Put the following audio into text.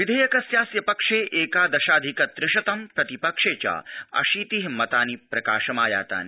विधेयकस्य पक्षे एकादशाधिक त्रिशतं प्रतिपक्षे च अशीतिः मतानि प्रकाशमायातानि